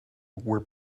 were